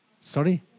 Sorry